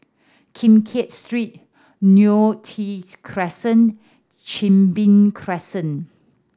Keng Kiat Street Neo Tiew's Crescent Chin Bee Crescent